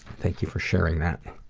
thank you for sharing that.